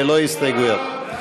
ללא הסתייגויות.